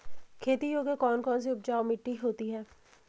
खेती योग्य कौन कौन सी उपजाऊ मिट्टी होती है?